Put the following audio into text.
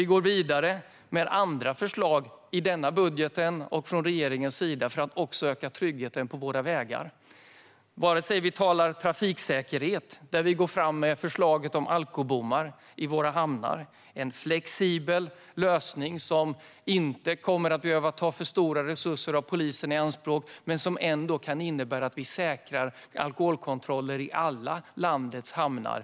Vi går vidare med andra förslag i denna budget och från regeringens sida för att också öka tryggheten på vägarna. Det kan handla om trafiksäkerhet, där vi går fram med förslaget om alkobommar i hamnarna. Det här är en flexibel lösning som inte behöver ta för stora resurser i anspråk från polisen men som ändå kan innebära att vi säkrar alkoholkontroller i alla landets hamnar.